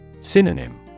Synonym